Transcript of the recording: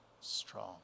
strong